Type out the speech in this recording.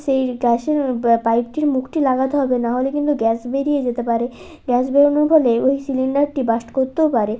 সেই গ্যাসের পাইপটির মুখটি লাগাতে হবে না হলে কিন্তু গ্যাস বেরিয়ে যেতে পারে গ্যাস বেরোনোর ফলে ওই সিলিন্ডারটি বার্স্ট করতেও পারে